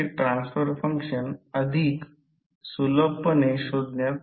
आता जर पुढे करंटची दिशा उलट केली तर आता ही बाजू पुढे सरकत आहे काही बिंदू o d वर येईल हा बिंदू o d